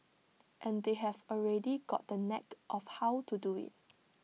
and they've already got the knack of how to do IT